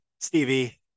Stevie